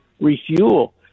refuel